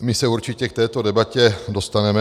My se určitě k této debatě dostaneme.